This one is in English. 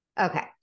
Okay